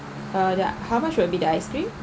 uh the how much would be the ice cream